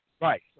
right